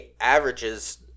averages